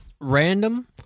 Random